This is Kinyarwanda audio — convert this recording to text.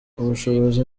ubushobozi